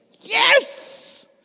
yes